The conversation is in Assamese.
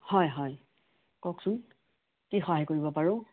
হয় হয় কওকচোন কি সহায় কৰিব পাৰো